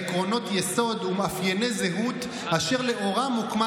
עקרונות יסוד ומאפייני זהות אשר לאורם הוקמה